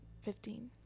fifteen